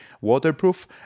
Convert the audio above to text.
waterproof